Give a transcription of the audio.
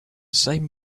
same